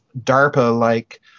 DARPA-like